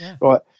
right